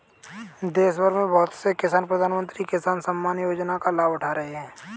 देशभर में बहुत से किसान प्रधानमंत्री किसान सम्मान योजना का लाभ उठा रहे हैं